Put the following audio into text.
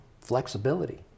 flexibility